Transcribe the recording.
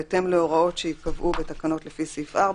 בהתאם להוראות שייקבעו בתקנות לפי סעיף 4,